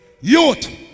Youth